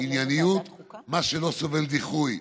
ענייניות במה שלא סובל דיחוי.